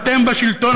אתם בשלטון,